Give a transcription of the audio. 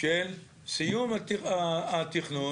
של סיום התכנון,